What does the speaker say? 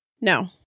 No